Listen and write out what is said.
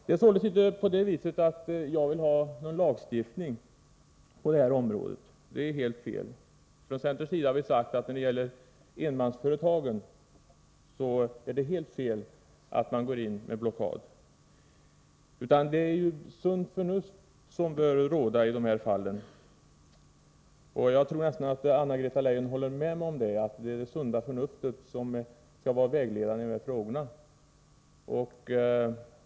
Det är inte så att jag vill ha lagstiftning på det här området. Det är helt fel. Centern har sagt beträffande enmansföretagen att det är helt fel att gå in med blockad. Det är det sunda förnuftet som bör råda i dessa fall. Jag tror nästan att Anna-Greta Leijon håller med mig om att det är det sunda förnuftet som skall vara vägledande i de här frågorna.